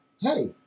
hey